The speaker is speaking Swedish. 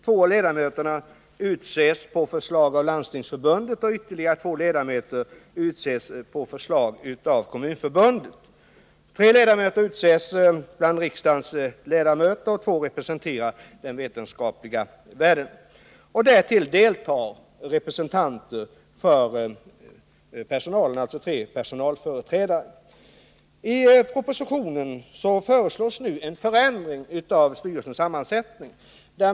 Två av ledamöterna utses på förslag av Landstingsförbundet och ytterligare två ledamöter utses på förslag av Kommunförbundet. Tre ledamöter utses bland riksdagens ledamöter och två representerar den vetenskapliga världen. Därtill deltar tre representanter för personalen — alltså tre personalföreträdare. I propositionen föreslås nu en förändring av styrelsens sammansättning.